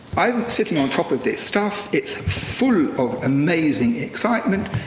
i'm sitting on top of this stuff, it's full of amazing excitement,